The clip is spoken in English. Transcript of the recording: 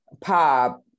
pop